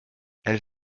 elle